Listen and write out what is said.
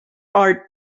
are